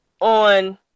on